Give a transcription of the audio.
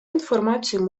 інформацію